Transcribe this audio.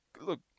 look